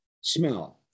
Smell